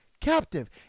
captive